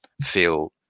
feel